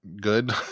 good